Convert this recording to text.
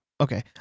Okay